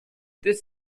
this